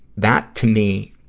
that, to me,